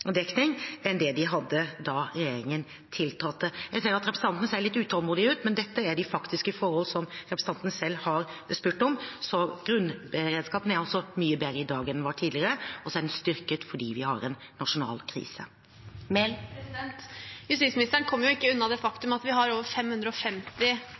enn det de hadde da regjeringen tiltrådte. – Jeg ser at representanten ser litt utålmodig ut, men dette er de faktiske forhold som representanten selv har spurt om. Grunnberedskapen er altså mye bedre i dag enn den var tidligere, og så er den styrket fordi vi har en nasjonal krise. Justisministeren kommer jo ikke unna det